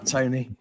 Tony